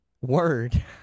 word